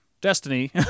Destiny